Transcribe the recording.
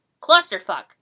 clusterfuck